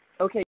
Okay